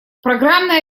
программное